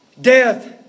death